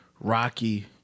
Rocky